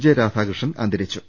J Radhakrishnan അന്ത രിച്ചു